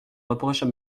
reproches